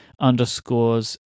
underscores